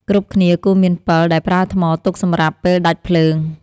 គ្រប់គ្នាគួរមានពិល ដែលប្រើថ្មទុកសម្រាប់ពេលដាច់ភ្លើង។